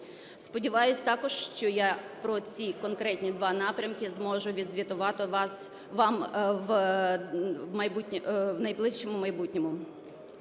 Сподіваюсь також, що я про ці конкретні два напрямки зможу відзвітувати вам в найближчому майбутньому.